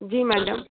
जी madam